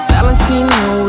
Valentino